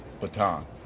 baton